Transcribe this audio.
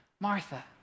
Martha